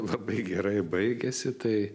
labai gerai baigiasi tai